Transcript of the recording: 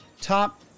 top